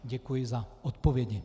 Děkuji za odpovědi.